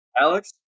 Alex